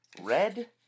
Red